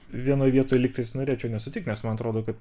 vienoj vietoj lygtais norėčiau nesutikt nes man atrodo kad